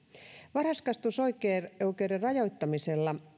varhaiskasvatusoikeuden rajoittamisella